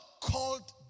called